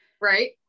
Right